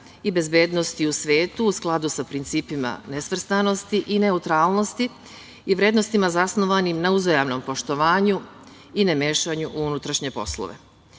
i bezbednosti u svetu, u skladu sa principima nesvrstanosti i neutralnosti i vrednostima zasnovanim na uzajamnom poštovanju i ne mešanju u unutrašnje poslove. Cilj